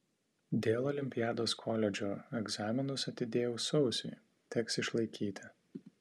dėl olimpiados koledžo egzaminus atidėjau sausiui teks išlaikyti